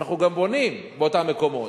אנחנו גם בונים באותם מקומות.